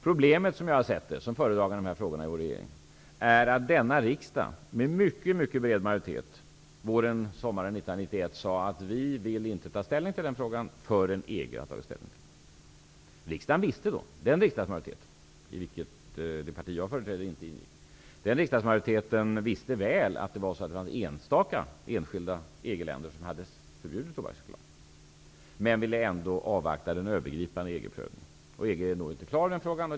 Som jag i egenskap av regeringens föredragande i de här frågorna ser saken är problemet att denna riksdag med synnerligen bred majoritet våren 1991 sade: Vi vill inte ta ställning till frågan förrän EG har gjort det. Dåvarande riksdagsmajoritet, i vilken det parti jag företräder inte ingick, visste mycket väl att enstaka EG-länder hade förbjudit tobaksreklam. Man ville ändå avvakta den övergripande EG-prövningen. Inom EG är man inte klar i den frågan.